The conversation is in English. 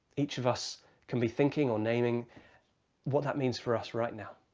each of us can be thinking or naming what that means for us right now.